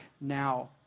now